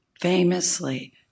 famously